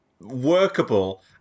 workable